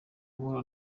guhura